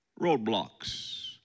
roadblocks